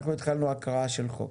אנחנו התחלנו הקראה של חוק.